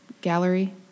gallery